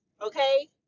okay